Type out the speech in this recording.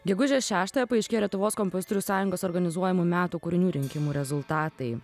gegužės šeštąją paaiškėjo lietuvos kompozitorių sąjungos organizuojamų metų kūrinių rinkimų rezultatai